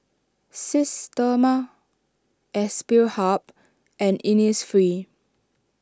Systema Aspire Hub and Innisfree